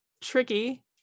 tricky